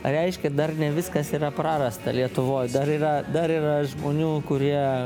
tai reiškia dar ne viskas yra prarasta lietuvoj dar yra dar yra žmonių kurie